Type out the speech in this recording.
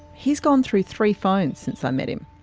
he's gone through three phones since i met him.